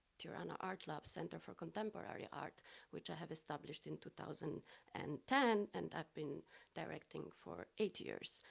tirana art lab center for contemporary art which i have established in two thousand and ten, and i've been directing for eight years.